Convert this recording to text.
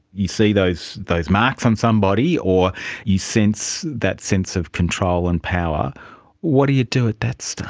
you see those those marks on somebody, or you sense that sense of control and power what do you do at that stage?